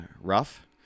rough